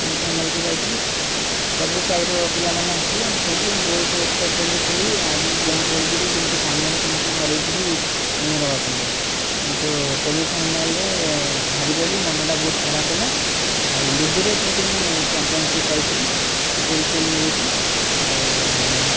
ସେମି final କୁ ଯାଇଥିଲି ସବୁ ସାହିର ପିଲାମାନେ ଆସିଥିଲେ ଆମେ ସବୁ ଖେଲୁଥିଲୁ ମୁଁ ବହୁତ ଏକ୍ସାଇଟେଡ଼୍ ବି ଥିଲି ଆଗକୁ ଗେମ୍ ଖେଳିକରି କେମତି ଫାଇନାଲ୍ରେ ସମସ୍ତଙ୍କୁ ହରେଇକରି ଉଇନର୍ ହବା ପାଇଁକା କିନ୍ତୁ ସେମିଫାଇନାଲ୍ରେ ହାରିଗଲି ମନଟା ବହୁତ ଖରାପ ହେଲା ଆଉ ଲୁଡୁରେ କିନ୍ତୁ ମୁଁ ଚମ୍ପିଆନସିପ୍ ପାଇଥିଲି ସିଲ୍ଫିଲ୍ ମିଳିଛି ଆଉ